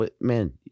Man